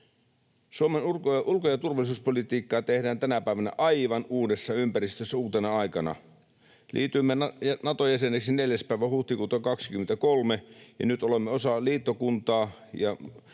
Suomen ulko- ja turvallisuuspolitiikkaa tehdään tänä päivänä aivan uudessa ympäristössä, uutena aikana. Liityimme Naton jäseneksi 4. päivä huhtikuuta 23, ja nyt olemme osa liittokuntaa